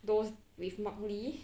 those with mark lee